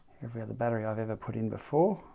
every other battery i've ever put in before.